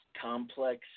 complex